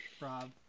rob